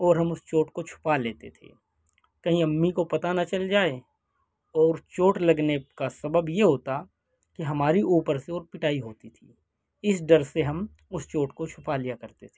اور ہم اس چوٹ کو چھپا لیتے تھے کہیں امّی کو پتہ نہ چل جائے اور چوٹ لگنے کا سبب یہ ہوتا کہ ہماری اوپر سے پٹائی ہوتی تھی اس ڈر سے ہم اس چوٹ کو چھپا لیا کرتے تھے